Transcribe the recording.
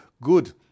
Good